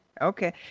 okay